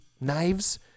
knives